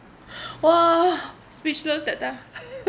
!wah! speechless that time